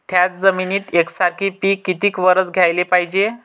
थ्याच जमिनीत यकसारखे पिकं किती वरसं घ्याले पायजे?